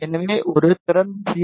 எனவே ஒரு திறந்த சி